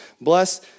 bless